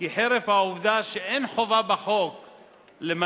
כי חרף העובדה שאין חובה בחוק למנות